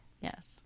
Yes